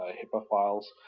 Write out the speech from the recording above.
ah hipaa files,